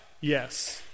Yes